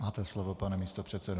Máte slovo, pane místopředsedo.